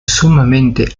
sumamente